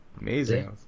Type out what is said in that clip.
amazing